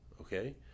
Okay